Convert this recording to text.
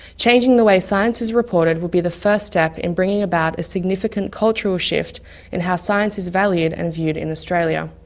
changing the way science is reported will be the first step in bringing about a significant cultural shift in how science is valued and viewed in australia.